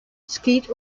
skeet